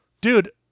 Dude